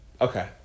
Okay